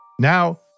Now